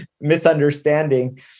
misunderstanding